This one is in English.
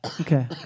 Okay